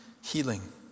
healing